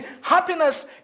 Happiness